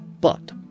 But